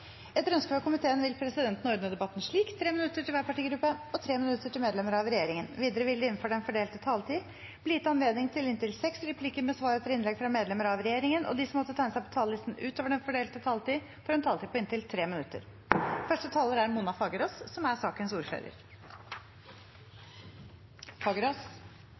Etter ønske fra helse- og omsorgskomiteen vil presidenten ordne debatten slik: 3 minutter til hver partigruppe og 3 minutter til medlemmer av regjeringen. Videre vil det – innenfor den fordelte taletid – bli gitt anledning til inntil seks replikker med svar etter innlegg fra medlemmer av regjeringen, og de som måtte tegne seg på talerlisten utover den fordelte taletid, får også en taletid på inntil 3 minutter. Representantforslaget her er